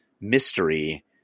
mystery